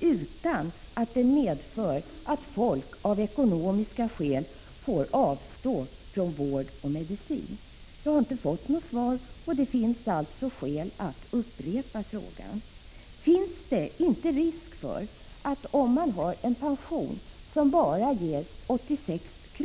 utan att den medför att folk av ekonomiska skäl avstår från vård och medicin? Jag har inte fått något svar, och därför finns det skäl att upprepa frågan. Om man har en pension som ger endast 86 kr.